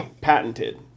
patented